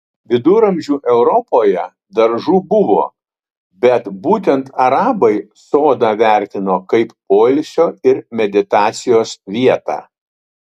viduramžių europoje daržų buvo bet būtent arabai sodą vertino kaip poilsio ir meditacijos vietą